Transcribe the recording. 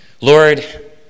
Lord